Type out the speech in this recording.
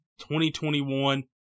2021